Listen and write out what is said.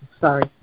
Sorry